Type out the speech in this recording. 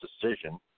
decision